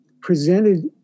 presented